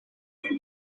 muri